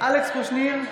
אלכס קושניר,